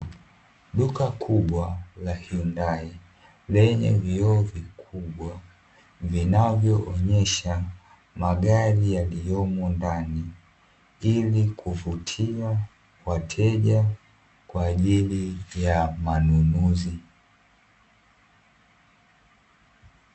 Duka kubwa la Hyundai lenye vioo vikubwa vinavyoonyesha magari yaliyomo ndani ili kuvutia wateja kwa ajili ya manunuzi.